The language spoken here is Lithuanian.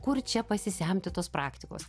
kur čia pasisemti tos praktikos